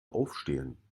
aufstehen